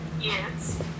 Yes